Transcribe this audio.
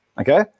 Okay